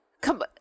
Come